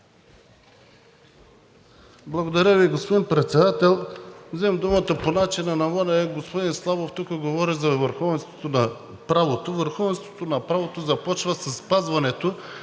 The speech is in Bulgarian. Благодаря Ви. Господин Председател, взимам думата по начина на водене. Господин Славов тук говори за върховенството на правото. Върховенството на правото започва със спазването